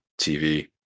TV